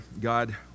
God